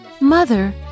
mother